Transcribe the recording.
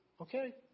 okay